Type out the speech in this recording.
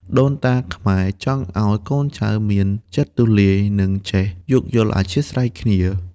ដូនតាខ្មែរចង់ឱ្យកូនចៅមានចិត្តទូលាយ និងចេះយោគយល់អធ្យាស្រ័យគ្នា។